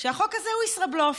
שהחוק הזה הוא ישראבלוף.